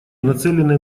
нацеленные